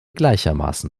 gleichermaßen